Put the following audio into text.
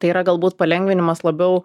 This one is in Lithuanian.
tai yra galbūt palengvinimas labiau